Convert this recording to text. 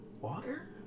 water